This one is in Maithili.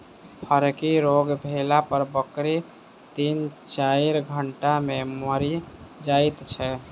फड़की रोग भेला पर बकरी तीन चाइर घंटा मे मरि जाइत छै